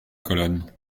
colonne